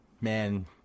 Man